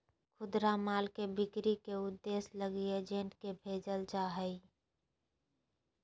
खुदरा माल के बिक्री के उद्देश्य लगी एजेंट के भेजल जा हइ